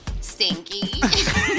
stinky